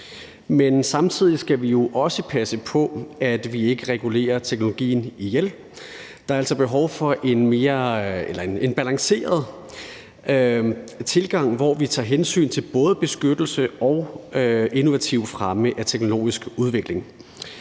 Men samtidig skal vi også passe på, at vi ikke regulerer teknologien ihjel. Der er altså behov for en balanceret tilgang, hvor vi tager hensyn til både beskyttelse og innovativ fremme af teknologisk udvikling.